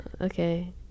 Okay